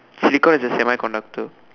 silicon is a semiconductor